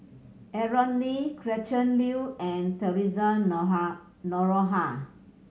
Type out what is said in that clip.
Aaron Lee Gretchen Liu and Theresa Noronha